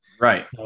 Right